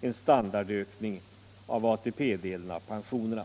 en standardökning av ATP-delen av pensionerna.